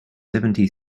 seventy